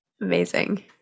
Amazing